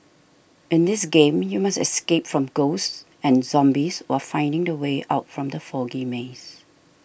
in this game you must escape from ghosts and zombies while finding the way out from the foggy maze